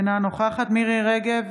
אינה נוכחת מירי מרים רגב,